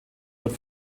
wird